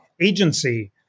agency